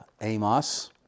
Amos